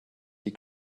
die